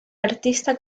artista